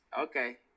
Okay